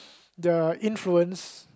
their influence